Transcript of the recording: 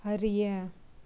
அறிய